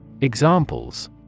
Examples